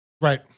Right